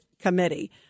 committee